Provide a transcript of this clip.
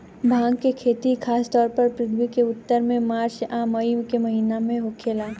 भांग के खेती खासतौर पर पृथ्वी के उत्तर में मार्च आ मई के महीना में होखेला